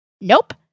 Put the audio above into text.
Nope